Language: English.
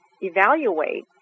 evaluate